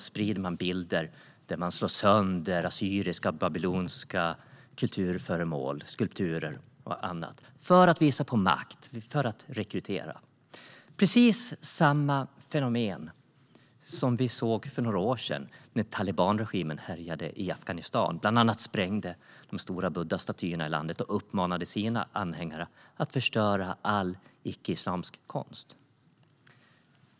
Man sprider bilder där man slår sönder assyriska och babyloniska kulturföremål, skulpturer och annat, för att visa på makt och för att rekrytera - precis samma fenomen som vi såg för några år sedan, när talibanregimen härjade i Afghanistan. Man sprängde bland annat de stora buddastatyerna i landet och uppmanade sina anhängare att förstöra all icke-islamisk konst.